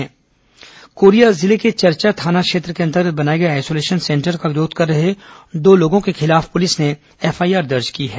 वहीं कोरिया जिले के चरचा थाना के अंतर्गत बनाए गए आईसोलेशन सेंटर का विरोध कर रहे दो लोगों के खिलाफ पुलिस ने एफआईआर दर्ज की है